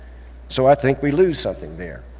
so i think we lose something there.